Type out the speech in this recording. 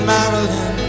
Marilyn